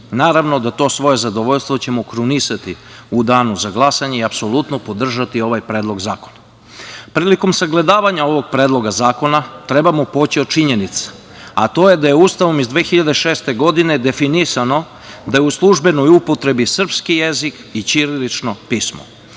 Naravno, to svoje zadovoljstvo ćemo krunisati u danu za glasanje i apsolutno podržati ovaj predlog zakona. Prilikom sagledavanja ovog Predloga zakona trebamo poći od činjenica, a a to je da je Ustavom iz 2006. godine definisano da je u službenoj upotrebi srpski jezik i ćirilično pismo.